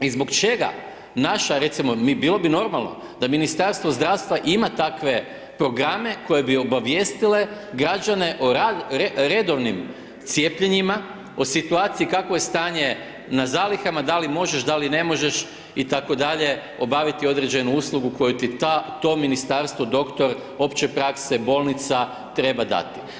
I zbog čega naša, recimo bio bi normalno da Ministarstvo zdravstva ima takve programe koje bi obavijestile građane o redovnim cijepljenjima, o situaciji kakvo je stanje na zalihama, da li možeš, da li ne možeš itd. obaviti određenu uslugu koje ti to ministarstvo, doktor opće prakse, bolnica treba dati.